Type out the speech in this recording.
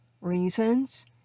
reasons